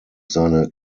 seine